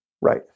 right